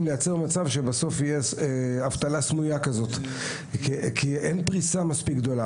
שלבסוף תהיה אבטלה סמויה בגלל שאין פריסה גדולה.